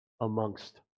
amongst